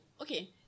okay